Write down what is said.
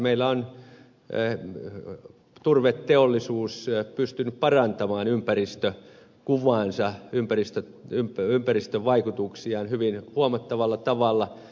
meillä on turveteollisuus pystynyt parantamaan ympäristökuvaansa ympäristövaikutuksiaan hyvin huomattavalla tavalla